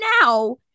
now